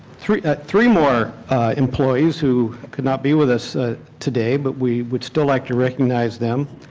three ah three more employees who could not be with us today but we would still like to recognize them.